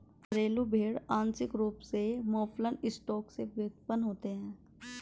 घरेलू भेड़ आंशिक रूप से मौफलन स्टॉक से व्युत्पन्न होते हैं